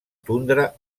tundra